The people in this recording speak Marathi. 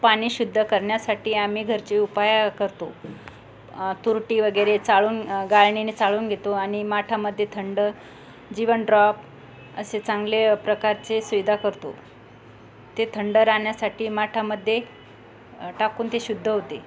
पानी शुद्ध करण्यासाठी आम्ही घरचे उपाय करतो तुरटी वगैरे चाळून गाळणीने चाळून घेतो आणि माठामध्ये थंड जीवन ड्रॉप असे चांगले प्रकारचे शुद्ध करतो ते थंड राहण्यासाठी माठामध्ये टाकून ते शुद्ध होते